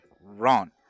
run